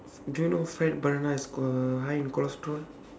do you know fried banana is uh high in cholesterol